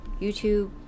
YouTube